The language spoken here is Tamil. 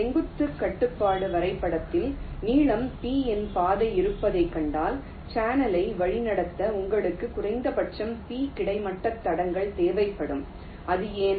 செங்குத்து கட்டுப்பாட்டு வரைபடத்தில் நீளம் p இன் பாதை இருப்பதைக் கண்டால் சேனலை வழிநடத்த உங்களுக்கு குறைந்தபட்சம் p கிடைமட்ட தடங்கள் தேவைப்படும் அது ஏன்